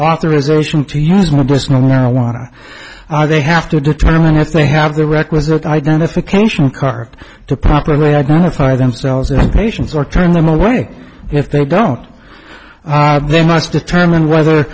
authorization to use medicinal marijuana they have to determine if they have the requisite identification card to properly identify themselves in a patient or turn them away if they don't they must determine whether